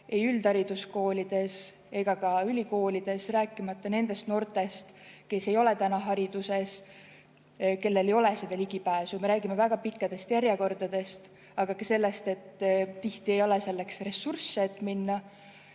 ei üldhariduskoolides ega ka ülikoolides, rääkimata sellest, et nendel noortel, kes ei ole täna hariduses, ei ole seda ligipääsu. Me räägime väga pikkadest järjekordadest, aga ka sellest, et tihti ei ole selleks ressurssi, et